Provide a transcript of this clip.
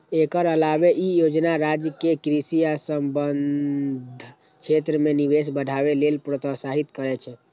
एकर अलावे ई योजना राज्य कें कृषि आ संबद्ध क्षेत्र मे निवेश बढ़ावे लेल प्रोत्साहित करै छै